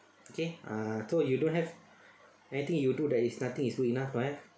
okay uh so you don't have anything you do that is nothing is good enough right